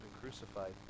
crucified